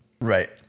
right